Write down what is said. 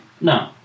No